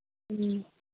ꯎꯝ